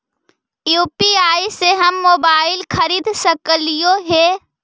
UPI से हम mobile खरिद सकलिऐ है